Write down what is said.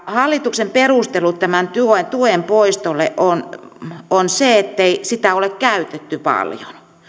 hallituksen perustelu tämän tuen tuen poistolle on on se ettei sitä ole käytetty paljon